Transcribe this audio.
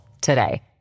today